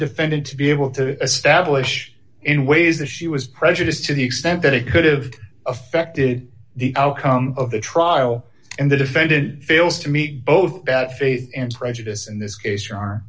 defendant to be able to establish in ways that she was prejudiced to the extent that it could have affected the outcome of the trial and the defended fails to meet both that faith and prejudice in this case